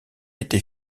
été